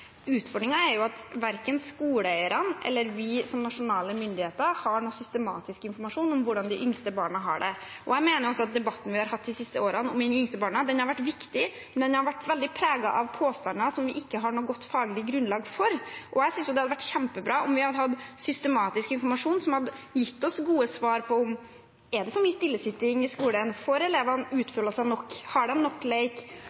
er at verken skoleeierne eller vi som nasjonale myndigheter har noen systematisk informasjon om hvordan de yngste barna har det. Jeg mener at debatten vi har hatt de siste årene om de yngste barna, har vært viktig, men den har vært veldig preget av påstander som vi ikke har noe godt faglig grunnlag for. Jeg synes det hadde vært kjempebra om vi hadde hatt systematisk informasjon som hadde gitt oss gode svar på om det er for mye stillesitting i skolen, om elevene